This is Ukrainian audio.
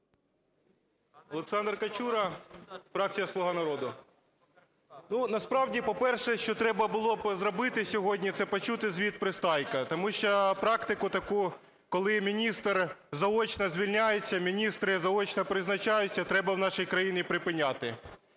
Олександр Качура, фракція "Слуга народу". Ну, насправді, по-перше, що треба було б зробити сьогодні, це почути звіт Пристайка. Тому що практику таку, коли міністр заочно звільняється, міністри заочно призначаються, треба в нашій країні припиняти.